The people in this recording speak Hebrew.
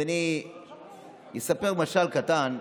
אז אני אספר משל קטן.